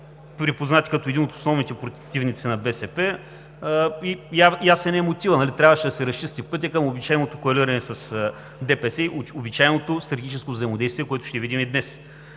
припознати като един от основните противници на БСП и мотивът е ясен – нали трябваше да се разчисти пътят към обичайното коалиране с ДПС и обичайното стратегическо взаимодействие, което ще видим и днес.